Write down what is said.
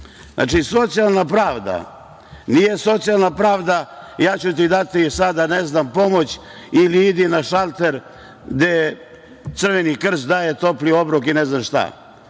pravu. Znači, socijalna pravda. Nije socijalna pravda - ja ću ti dati sada, ne znam, pomoć ili ide na šalter gde Crveni krst daje topli obrok i ne znam šta,